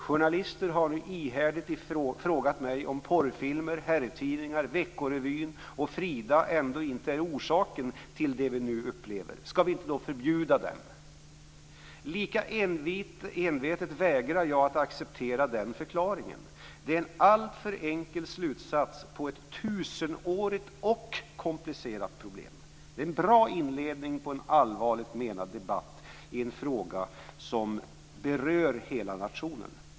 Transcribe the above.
Journalister har nu ihärdigt frågat mig om porrfilmer, herrtidningar, Vecko-Revyn och Frida ändå inte är orsaken till det vi nu upplever? Skall vi inte förbjuda dem? Lika envetet vägrar jag att acceptera den förklaringen. Det är en alltför enkel slutsats på ett tusenårigt och komplicerat problem." Det är en bra inledning på en allvarligt menad debatt i en fråga som berör hela nationen.